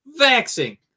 vaxing